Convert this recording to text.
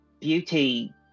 beauty